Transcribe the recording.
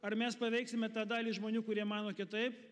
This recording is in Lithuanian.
ar mes paveiksime tą dalį žmonių kurie mano kitaip